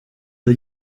the